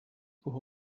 kuhu